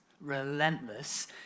relentless